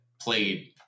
played